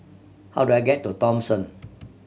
how do I get to Thomson